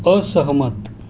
असहमत